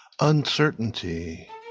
Uncertainty